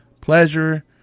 pleasure